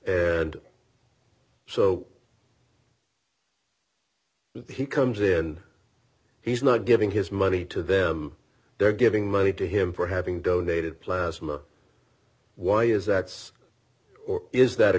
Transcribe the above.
when he comes in he's not giving his money to them they're giving money to him for having donated plasma why is that's or is that a